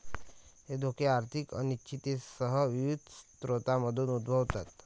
हे धोके आर्थिक अनिश्चिततेसह विविध स्रोतांमधून उद्भवतात